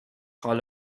hall